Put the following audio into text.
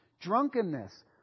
drunkenness